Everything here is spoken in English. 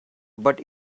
but